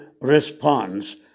response